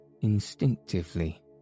instinctively